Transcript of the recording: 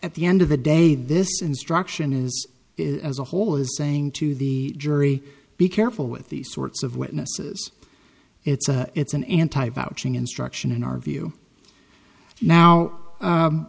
at the end of the day this instruction is it as a whole is saying to the jury be careful with these sorts of witnesses it's a it's an anti vouching instruction in our view now